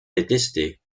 détester